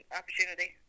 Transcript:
opportunity